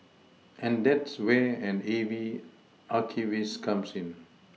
and that's where an A V archivist comes in